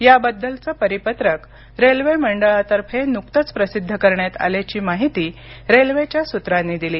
याबद्दलचं परिपत्रक रेल्वे मंडळातर्फे नुकतंच प्रसिद्ध करण्यात आल्याची माहिती रेल्वेच्या सूत्रांनी दिली